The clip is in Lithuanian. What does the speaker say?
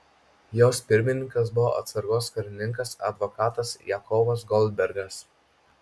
jos pirmininkas buvo atsargos karininkas advokatas jakovas goldbergas